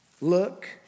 Look